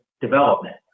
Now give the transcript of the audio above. development